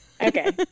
Okay